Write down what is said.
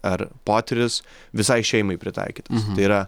ar potyris visai šeimai pritaikytas tai yra